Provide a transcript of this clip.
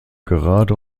gerade